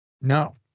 No